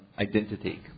identity